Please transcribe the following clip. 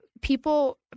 people